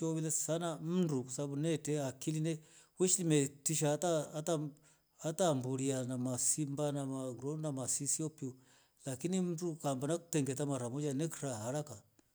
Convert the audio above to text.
He yinyama yete hisia kabisa lakini ndu alitendea. Ngiovile sana mnudu sababu nyte sana akili kwasababu nyetisha hata ndunia na masimba na masisi ho piu lakini mdu amba ngakutengetea mara moja he kura haraka.